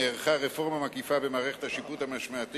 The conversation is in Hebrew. נערכה רפורמה מקיפה במערכת השיפוט המשמעתי